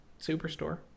Superstore